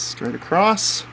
straight across